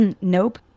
nope